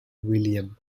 william